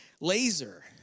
Laser